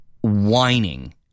whining